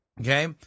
Okay